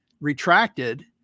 retracted